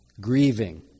grieving